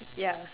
yeah